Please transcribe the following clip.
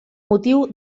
motiu